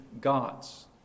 gods